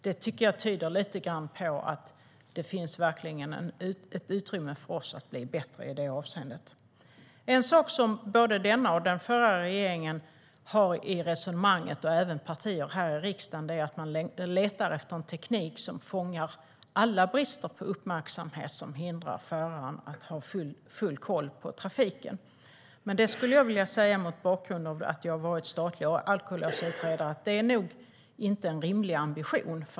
Det tycker jag tyder på att det finns ett utrymme för oss att bli bättre i det avseendet. En sak som både denna och den förra regeringen har i resonemanget, liksom partier här i riksdagen, är att man letar efter en teknik som fångar allt som hindrar föraren från att ha full koll på trafiken. Jag skulle, mot bakgrund av att jag varit statlig alkolåsutredare, vilja säga att det nog inte är en rimlig ambition.